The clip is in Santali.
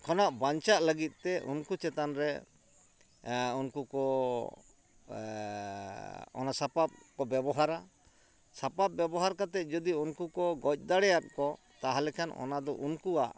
ᱠᱷᱚᱱᱟᱜ ᱵᱟᱧᱪᱟᱜ ᱞᱟᱹᱜᱤᱫ ᱛᱮ ᱩᱱᱠᱩ ᱪᱮᱛᱟᱱ ᱨᱮ ᱩᱱᱠᱩ ᱠᱚ ᱚᱱᱟ ᱥᱟᱯᱟᱵ ᱠᱚ ᱵᱮᱵᱚᱦᱟᱨᱟ ᱥᱟᱯᱟᱵ ᱵᱮᱵᱚᱦᱟᱨ ᱠᱟᱛᱮᱫ ᱡᱩᱫᱤ ᱩᱱᱠᱩ ᱠᱚ ᱜᱚᱡ ᱫᱟᱲᱮᱭᱟᱫ ᱠᱚ ᱛᱟᱦᱞᱮ ᱠᱷᱟᱱ ᱚᱱᱟ ᱫᱚ ᱩᱱᱠᱩᱣᱟᱜ